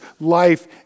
life